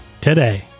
today